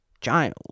child